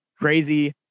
crazy